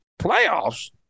Playoffs